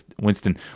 Winston